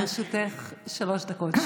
לרשותך שלוש דקות,